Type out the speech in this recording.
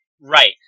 Right